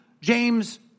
James